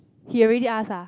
he already ask ah